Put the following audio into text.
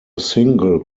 single